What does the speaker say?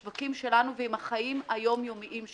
לול בה גם את ההתעסקות עם השווקים שלנו ועם החיים היום יומיים שלנו.